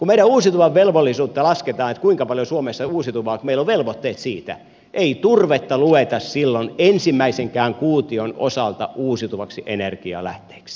kun meidän uusiutuvan velvollisuutta lasketaan että kuinka paljon suomessa on uusiutuvaa meillä on velvoitteet siitä ei turvetta lueta silloin ensimmäisenkään kuution osalta uusiutuvaksi energialähteeksi